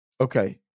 okay